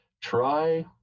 try